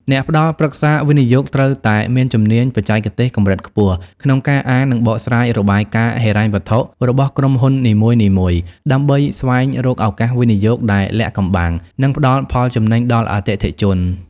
អ្នកផ្ដល់ប្រឹក្សាវិនិយោគត្រូវតែមានជំនាញបច្ចេកទេសកម្រិតខ្ពស់ក្នុងការអាន និងបកស្រាយរបាយការណ៍ហិរញ្ញវត្ថុរបស់ក្រុមហ៊ុននីមួយៗ ដើម្បីស្វែងរកឱកាសវិនិយោគដែលលាក់កំបាំង និងផ្ដល់ផលចំណេញដល់អតិថិជន។